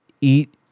eat